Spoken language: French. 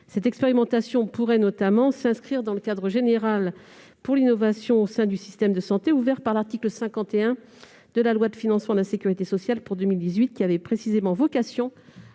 L'expérimentation proposée pourrait notamment s'inscrire dans le cadre général pour l'innovation au sein du système de santé ouverte par l'article 51 de la loi de financement de la sécurité sociale pour 2018, qui avait précisément vocation